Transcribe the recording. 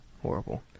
horrible